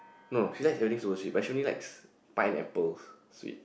no she likes everything super sweet but she only likes pineapples sweet